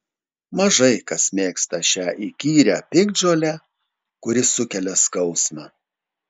mažai kas mėgsta šią įkyrią piktžolę kuri sukelia skausmą